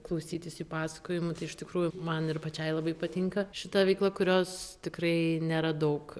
klausytis jų pasakojimų tai iš tikrųjų man ir pačiai labai patinka šita veikla kurios tikrai nėra daug